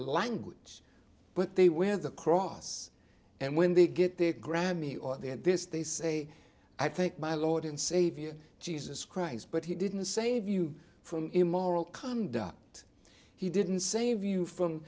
language but they wear the cross and when they get their grammy or they had this they say i think my lord and savior jesus christ but he didn't save you from immoral conduct he didn't save you from